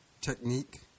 technique